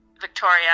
Victoria